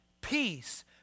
peace